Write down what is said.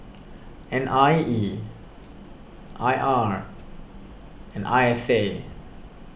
N I E I R and I S A